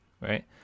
Right